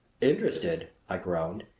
interested! i groaned.